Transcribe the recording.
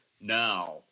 now